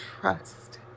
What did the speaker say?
trust